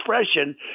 expression